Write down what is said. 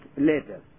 later